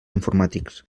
informàtics